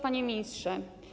Panie Ministrze!